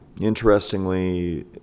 Interestingly